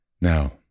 Now